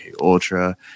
Ultra